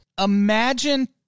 imagine